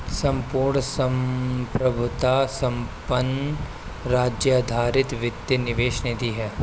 संपूर्ण संप्रभुता संपन्न राज्य आधारित वित्तीय निवेश निधि है